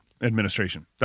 administration